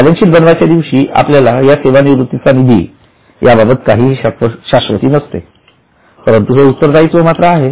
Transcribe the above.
balance sheet बनवायच्या दिवशी आपल्याला या सेवानिवृत्तीचा निधीबाबत काही शाश्वती नसते पण हे उत्तर दायित्व मात्र आहे